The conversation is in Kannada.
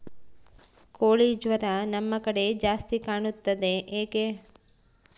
ಕೋಳಿ ಜ್ವರ ನಮ್ಮ ಕಡೆ ಜಾಸ್ತಿ ಕಾಣುತ್ತದೆ ಏಕೆ?